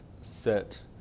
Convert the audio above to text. set